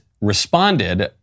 responded